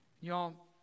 Y'all